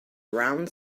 around